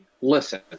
listen